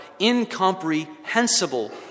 incomprehensible